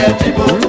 people